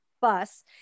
bus